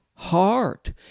heart